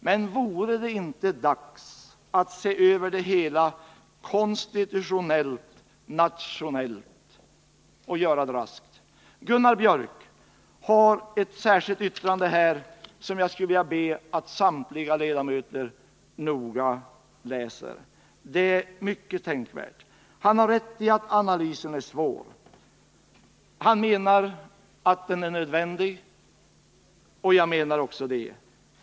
Men vore det inte dags att se över det hela konstitutionellt, nationellt? Gunnar Biörck i Värmdö har ett särskilt yttrande till betänkandet som jag skulle vilja be samtliga ledamöter att noga läsa. Det är mycket tänkvärt. Han har rätt i att analysen är svår att göra. Han menar att den ändå är nödvändig, och det menar jag också.